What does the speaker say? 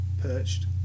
Perched